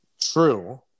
True